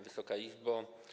Wysoka Izbo!